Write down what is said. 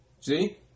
See